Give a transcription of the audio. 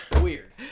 Weird